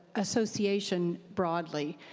association broadly.